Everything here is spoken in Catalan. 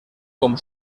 com